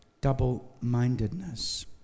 double-mindedness